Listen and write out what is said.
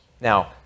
now